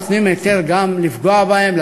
נותנים היתר גם לפגוע בהם,